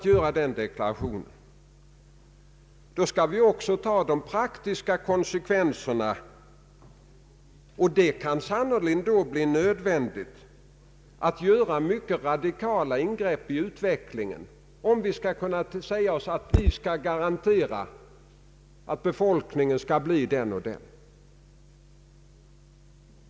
Att dessa kan genomföras utan någon politisk strid anser jag vara en stor fördel.